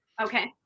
Okay